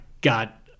got